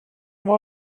var